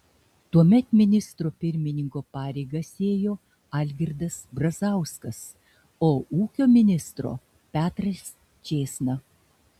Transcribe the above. tuomet ministro pirmininko pareigas ėjo algirdas brazauskas o ūkio ministro petras čėsna